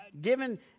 given